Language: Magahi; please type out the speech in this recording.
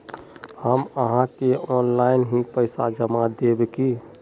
हम आहाँ के ऑनलाइन ही पैसा जमा देब की?